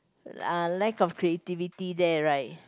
uh lack of creativity there right